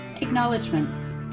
Acknowledgements